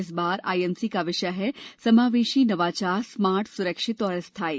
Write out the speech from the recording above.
इस बार आईएमसी का विषय है समावेशी नवाचार स्मार्ट सुरक्षित और स्थायी